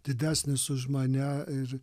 didesnis už mane ir